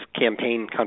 campaign